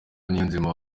niyonzima